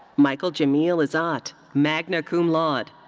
michael jamil azat, magna cum laude.